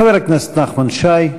חבר הכנסת נחמן שי,